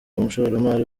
n’umushoramari